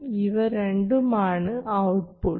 ഇവ രണ്ടുമാണ് ഔട്ട്പുട്ട്സ്